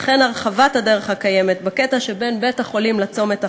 וכן הרחבת הדרך הקיימת בקטע שבין בית-החולים לצומת החדש,